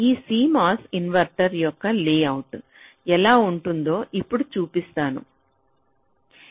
ఈ CMOS inverter యొక్క layout ఎలా ఉంటుందో ఇప్పుడు చూపించాను